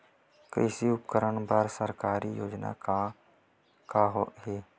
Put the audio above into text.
कृषि उपकरण बर सरकारी योजना का का हे?